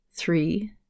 Three